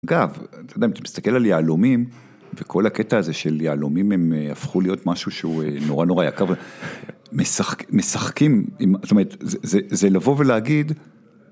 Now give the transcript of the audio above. אגב, אתה יודע, אם אתה מסתכל על יהלומים וכל הקטע הזה של יהלומים הם הפכו להיות משהו שהוא נורא נורא יקר ומשחקים, זאת אומרת, זה לבוא ולהגיד